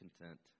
content